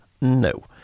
No